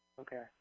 okay